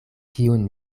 kiun